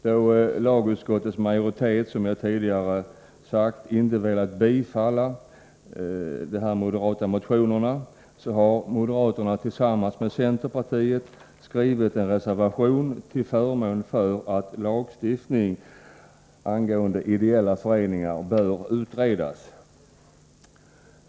Då lagutskottets majoritet, som jag sagt, inte velat bifalla motionerna, har moderaterna och centerpartisterna tillsammans skrivit en reservation till förmån för uppfattningen att lagstiftningen angående ideella föreningar bör utredas.